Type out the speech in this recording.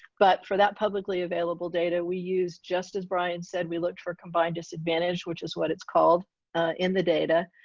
but for that publicly available data we use just as brian said we looked for combined disadvantage which is what it's called in the data.